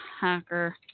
hacker